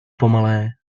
pomalé